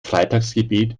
freitagsgebet